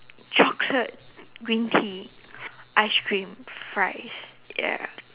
chocolate green tea ice cream fries ya